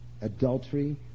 adultery